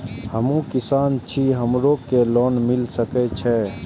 हमू किसान छी हमरो के लोन मिल सके छे?